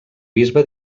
bisbe